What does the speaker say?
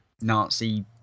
Nazi